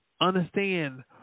Understand